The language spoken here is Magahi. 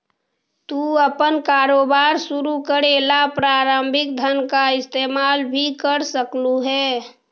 तू अपन कारोबार शुरू करे ला प्रारंभिक धन का इस्तेमाल भी कर सकलू हे